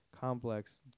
Complex